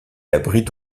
abrite